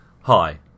Hi